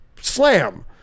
slam